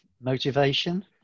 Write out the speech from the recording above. motivation